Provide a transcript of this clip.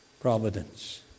Providence